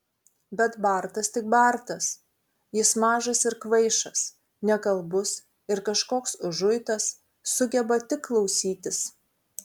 bet bartas tik bartas jis mažas ir kvaišas nekalbus ir kažkoks užuitas sugeba tik klausytis